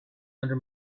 under